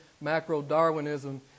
macro-Darwinism